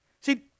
See